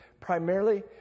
primarily